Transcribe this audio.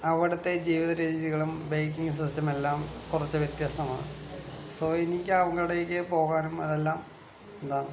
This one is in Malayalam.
അവിടുത്തെ ജീവിത രീതികളും ബേക്കിംഗ് സിസ്റ്റം എല്ലാം കുറച്ചു വ്യത്യസ്തമാണ് സോ എനിക്ക് അങ്ങോട്ടേക്ക് പോകാനും അതെല്ലാംന്താണ്